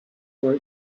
were